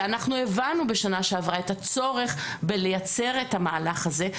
אנחנו הבנו בשנה שעברה את הצורך בלצייר את המהלך הזה.